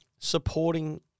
Supporting